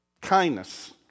kindness